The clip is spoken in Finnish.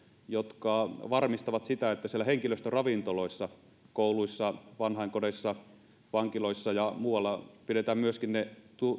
jotka varmistavat sitä että myöskin siellä henkilöstöravintoloissa kouluissa vanhainkodeissa vankiloissa ja muualla pidetään ne